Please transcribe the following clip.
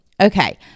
Okay